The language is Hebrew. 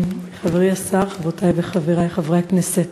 חברי השר, חברותי וחברי חברי הכנסת,